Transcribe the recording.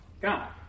God